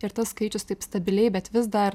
ir tas skaičius taip stabiliai bet vis dar